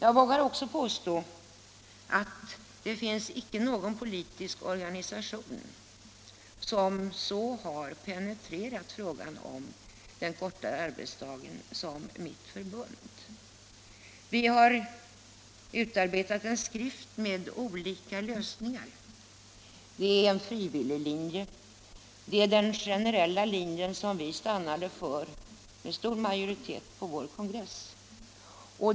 Jag vågar också påstå att det finns icke någon politisk organisation som så har penetrerat frågan om den kortare arbetsdagen som mitt förbund. Vi har utarbetat en skrift med olika lösningar. Det är en frivillig linje. Det är den generella linjen som vi stannade för med stor majoritet på vår kongress.